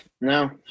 No